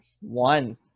one